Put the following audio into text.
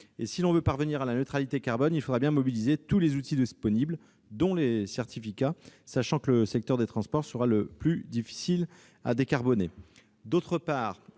Si l'on veut parvenir à la neutralité carbone, il faudra mobiliser tous les outils disponibles, dont ces certificats, sachant que le secteur des transports sera le plus difficile à décarboner.